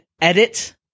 edit